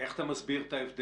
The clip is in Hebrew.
איך אתה מסביר את ההבדל?